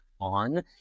on